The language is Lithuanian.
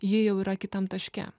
ji jau yra kitam taške